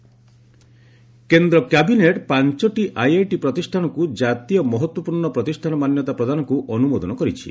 cabinet IIT କେନ୍ଦ୍ର cabinet ପାଞ୍ଚଟି IIT ପ୍ରତିଷ୍ଠାନକୁ ଜାତୀୟ ମହତ୍ୱପୂର୍ଣ୍ଣ ପ୍ରତିଷ୍ଠାନ ମାନ୍ୟତା ପ୍ରଦାନକୁ ଅନୁମୋଦନ କରିଛି